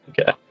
Okay